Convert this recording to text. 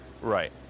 Right